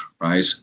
right